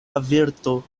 averto